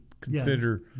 consider